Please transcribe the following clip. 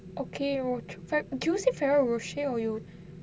okay rocher do you say Ferrero Rocher or you